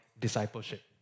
discipleship